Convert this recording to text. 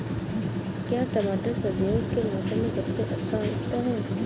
क्या टमाटर सर्दियों के मौसम में सबसे अच्छा उगता है?